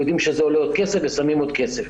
יודעים שזה עולה עוד כסף ושמים עוד כסף.